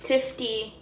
thrifty